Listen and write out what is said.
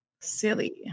Silly